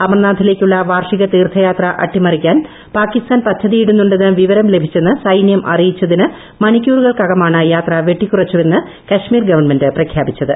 അമർനാഥിലേക്കുള്ള വാർഷിക തീർഥയാത്ര അട്ടിമറിക്കാൻ പാകിസ്താൻ പദ്ധതിയിടുന്നുണ്ടെന്ന് വിവരം ലഭിച്ചെന്ന് സൈനൃം അറിയിച്ചതിന് മണിക്കൂറുകൾക്കകമാണ് യാത്ര വെട്ടിക്കുറച്ചുവെന്ന് കശ്മീർ ഗവൺമെന്റ് പ്രഖ്യാപിച്ചത്